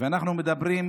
ואנחנו אומרים